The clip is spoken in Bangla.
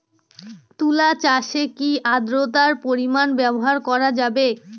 তুলা চাষে কি আদ্রর্তার পরিমাণ ব্যবহার করা যাবে?